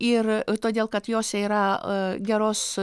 ir todėl kad jose yra geros